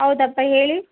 ಹೌದಪ್ಪ ಹೇಳಿ